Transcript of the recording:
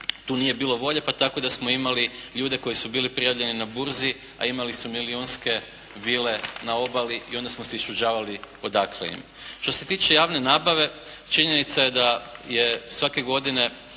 tu nije bilo volje pa tako da smo imali ljude koji su bili prijavljeni na burzi, a imali su milijunske vile na obali i onda smo se iščuđavali odakle im. Što se tiče javne nabave, činjenica je da je svake godine